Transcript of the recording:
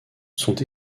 sont